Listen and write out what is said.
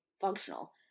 functional